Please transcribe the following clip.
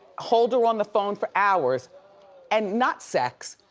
hold her on the phone for hours and not sex.